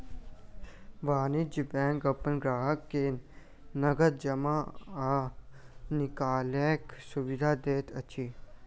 वाणिज्य बैंक अपन ग्राहक के नगद जमा आ निकालैक सुविधा दैत अछि